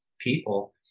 people